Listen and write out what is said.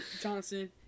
Johnson